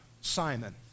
Simon